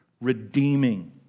redeeming